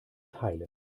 teilen